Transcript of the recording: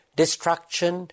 destruction